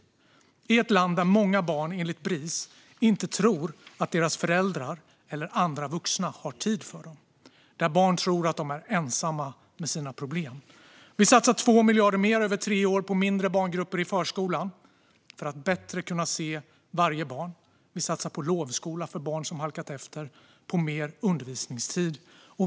Det är i ett land där många barn enligt Bris inte tror att deras föräldrar eller andra vuxna har tid för dem och där barn tror att de är ensamma med sina problem. Vi satsar 2 miljarder mer över tre år på mindre barngrupper i förskolan för att bättre kunna se varje barn. Vi satsar på lovskola för barn som halkat efter och mer undervisningstid.